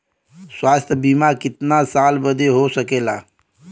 स्वास्थ्य बीमा कितना साल बदे हो सकेला?